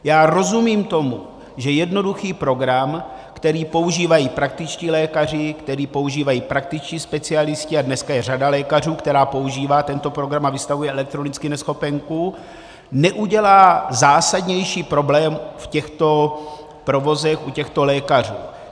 Já rozumím tomu, že jednoduchý program, který používají praktičtí lékaři, který používají praktičtí specialisté, a dneska je řada lékařů, která používá tento program a vystavuje elektronicky neschopenku, neudělá zásadnější problém v těchto provozech u těchto lékařů.